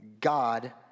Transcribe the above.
God